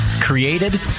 created